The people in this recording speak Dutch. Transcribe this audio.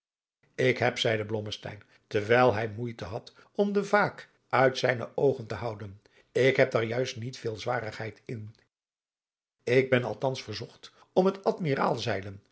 ik heb zeide blommesteyn terwijl hij moeite had om den vaak uit zijne oogen te houden ik heb daar juist niet veel zwarigheid in ik ben althans verzocht om het